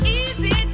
easy